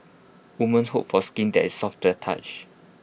women's hope for skin that is soft to touch